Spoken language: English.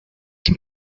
can